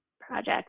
project